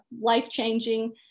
life-changing